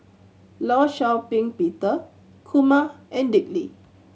Law Shau Ping Peter Kumar and Dick Lee